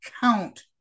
count